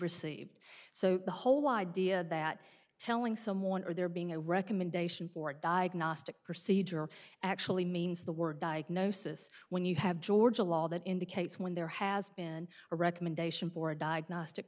received so the whole idea that telling someone or there being a recommendation for a diagnostic procedure actually means the word diagnosis when you have georgia law that indicates when there has been a recommendation for a diagnostic